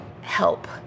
help